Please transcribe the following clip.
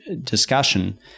discussion